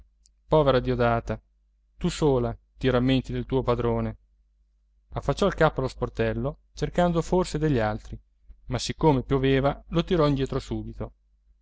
povera diodata tu sola ti rammenti del tuo padrone affacciò il capo allo sportello cercando forse degli altri ma siccome pioveva lo tirò indietro subito